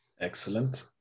excellent